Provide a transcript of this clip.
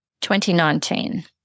2019